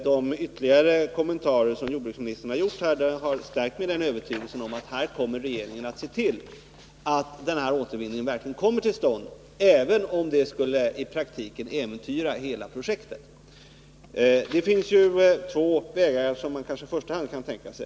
De ytterligare kommentarer som jordbruksministern har gjort i dag har stärkt mig i övertygelsen att regeringen verkligen kommer att se till att återvinningen kommer till stånd, även om det i praktiken skulle innebära att hela projektet äventyras. Här finns det två vägar som man i första hand kan tänka sig.